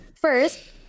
first